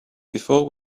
before